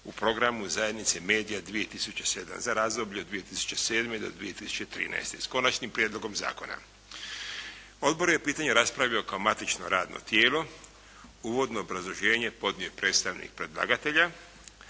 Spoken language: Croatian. u Programu zajednice Media 2007. za razdoblje od 2007. do 2013., s Konačnim prijedlogom zakona. Odbor je pitanje raspravio kao matično radno tijelo, uvodno obrazloženje podnio je predstavnik predlagatelja.